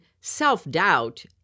self-doubt